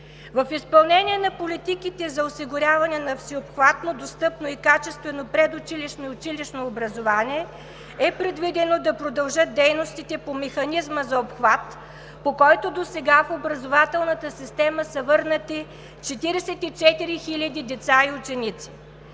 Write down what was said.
В изпълнение на политиките за осигуряване на всеобхватно, достъпно и качествено предучилищно и училищно образование е предвидено да продължат дейностите по Механизма за обхват, по който досега в образователната система са върнати 44 хиляди деца и ученици.